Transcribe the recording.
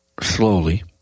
slowly